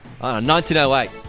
1908